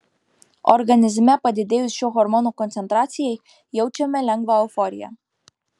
organizme padidėjus šio hormono koncentracijai jaučiame lengvą euforiją